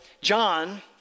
John